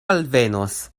alvenos